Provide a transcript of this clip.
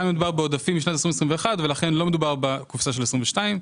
כאן מדובר בעודפים משנת 2021 ולכן לא מדובר בקופסה של 22',